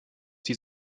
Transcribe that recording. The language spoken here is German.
die